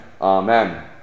Amen